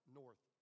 north